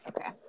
Okay